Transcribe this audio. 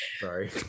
Sorry